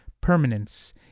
permanence